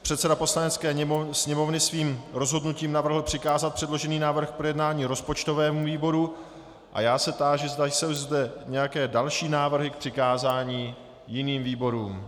Předseda Poslanecké sněmovny svým rozhodnutím navrhl přikázat předložený návrh k projednání rozpočtovému výboru, a já se táži, zda jsou zde nějaké další návrhy k přikázání jiným výborům.